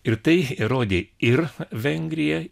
ir tai įrodė ir vengrija